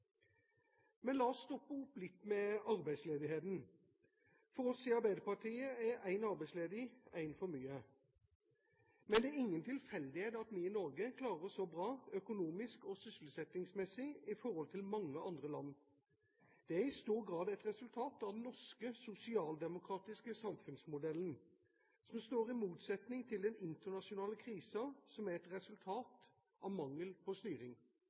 Men la oss stoppe opp litt ved arbeidsledigheten. For oss i Arbeiderpartiet er en arbeidsledig én for mye. Men det er ingen tilfeldighet at vi i Norge klarer oss så bra økonomisk og sysselsettingsmessig i forhold til mange andre land. Det er i stor grad et resultat av den norske sosialdemokratiske samfunnsmodellen, som står i motsetning til den internasjonale krisen, som er et resultat av mangel på styring.